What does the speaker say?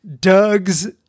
doug's